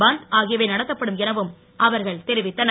பந்த் ஆகியவை நடத்தப்படும் எனவும் அவர்கள் தெரிவித்தனர்